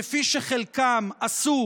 כפי שחלקם עשו